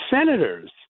senators